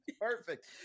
perfect